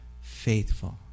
faithful